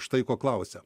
štai ko klausia